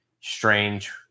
strange